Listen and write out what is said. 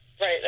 right